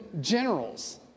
generals